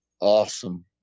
Awesome